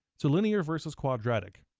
so linear versus quadratic.